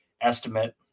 estimate